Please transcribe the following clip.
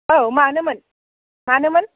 औ मानोमोन मानोमोन